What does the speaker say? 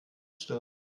stirn